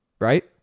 right